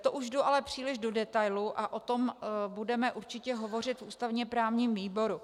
To už jdu ale příliš do detailů a o tom budeme určitě hovořit v ústavněprávním výboru.